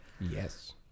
Yes